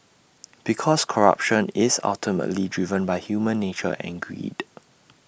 because corruption is ultimately driven by human nature and greed